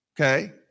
Okay